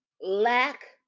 lack